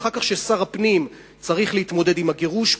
ושאחר כך שר הפנים צריך להתמודד עם הגירוש,